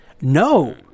no